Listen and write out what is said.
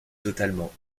totalement